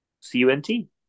C-U-N-T